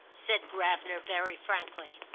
said gravener very frankly.